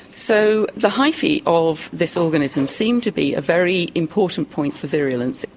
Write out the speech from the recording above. so, the hyphae of this organism seem to be a very important point for virulence.